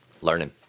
learning